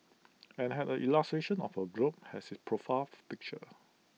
and had A illustration of A globe has its profile picture